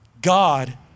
God